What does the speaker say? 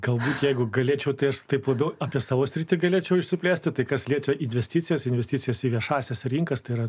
galbūt jeigu galėčiau tai aš taip labiau apie savo srityje galėčiau išsiplėsti tai kas liečia investicijas investicijas į viešąsias rinkas tai yra